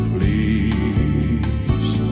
Please